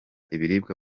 ibiribwa